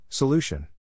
Solution